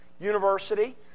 University